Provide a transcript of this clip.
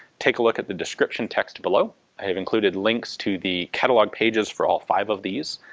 take a look at the description text below. i have included links to the catalogue pages for all five of these.